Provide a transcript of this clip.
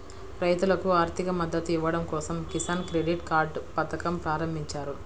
రైతులకు ఆర్థిక మద్దతు ఇవ్వడం కోసం కిసాన్ క్రెడిట్ కార్డ్ పథకం ప్రారంభించారు